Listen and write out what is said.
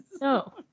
No